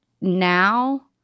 now